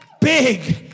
big